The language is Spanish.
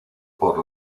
por